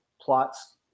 plots